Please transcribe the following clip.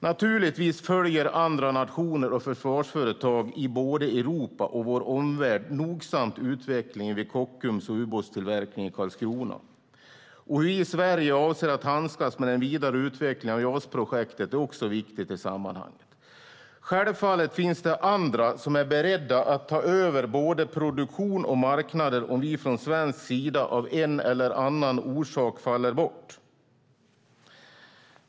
Naturligtvis följer andra nationer och försvarsföretag både i Europa och i vår omvärld nogsamt utvecklingen vid Kockums och ubåtstillverkningen i Karlskrona, och hur vi i Sverige avser att handskas med den vidare utvecklingen av JAS-projektet är också viktigt i sammanhanget. Självfallet finns det andra som är beredda att ta över både produktion och marknader om vi från svensk sida av en eller annan orsak faller bort.